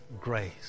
grace